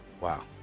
Wow